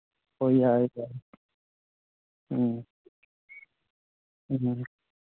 ꯍꯣꯏ ꯌꯥꯏ ꯌꯥꯏ ꯎꯝ ꯎꯝ